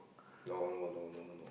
no no no no no